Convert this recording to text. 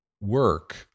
work